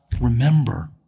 remember